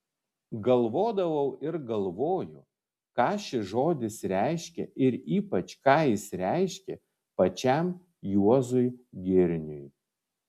galvodavau ir galvoju ką šis žodis reiškia ir ypač ką jis reiškė pačiam juozui girniui